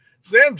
Sam